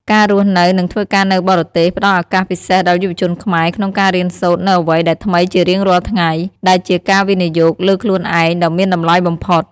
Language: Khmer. ការរស់នៅ និងធ្វើការនៅបរទេសផ្ដល់ឱកាសពិសេសដល់យុវជនខ្មែរក្នុងការរៀនសូត្រនូវអ្វីដែលថ្មីជារៀងរាល់ថ្ងៃ ដែលជាការវិនិយោគលើខ្លួនឯងដ៏មានតម្លៃបំផុត។